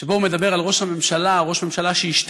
ששם הוא מדבר על ראש הממשלה: ראש ממשלה שהשתגע,